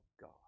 God